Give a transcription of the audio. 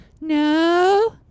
No